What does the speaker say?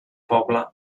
poble